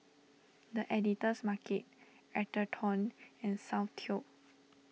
the Editor's Market Atherton and Soundteoh